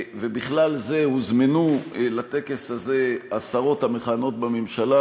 ובכלל זה הוזמנו לטקס הזה השרות המכהנות בממשלה,